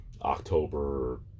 October